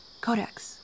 Codex